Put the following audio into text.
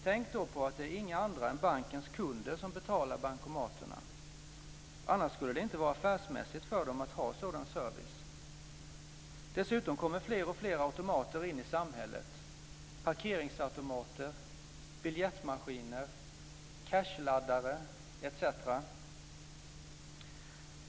Tänk då på att det inte är andra än bankens kunder som betalar bankomaterna. Annars skulle det inte vara affärsmässigt för dem att ha sådan service. Dessutom kommer fler och fler automater in i samhället: parkeringsautomater, biljettmaskiner, cash-laddare etc.